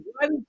one